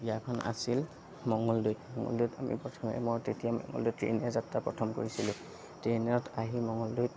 বিয়াখন আছিল মঙলদৈত মঙলদৈত আমি প্ৰথমে মই তেতিয়া মঙলদৈত ট্ৰেনেৰে যাত্ৰা প্ৰথম কৰিছিলোঁ ট্ৰেইনত আহি মঙলদৈত